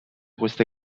queste